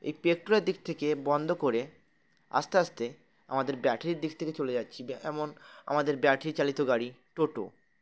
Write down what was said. এই পেট্রোলের দিক থেকে বন্ধ করে আস্তে আস্তে আমাদের ব্যাটারির দিক থেকে চলে যাচ্ছি এমন আমাদের ব্যাটারি চালিত গাড়ি টোটো